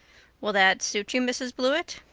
will that suit you, mrs. blewett?